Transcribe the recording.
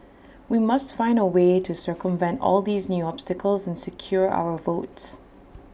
we must find A way to circumvent all these new obstacles and secure our votes